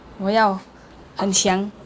我要很强